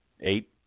eight